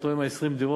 אותו אחד עם 20 הדירות,